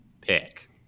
pick